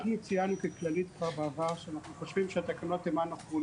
אנחנו ככללית ציינו כבר בעבר שאנחנו חושבים שהתקנות הן אנכרוניסטיות,